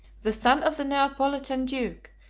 the son of the neapolitan duke,